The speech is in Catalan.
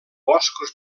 boscos